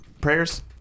prayers